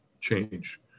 change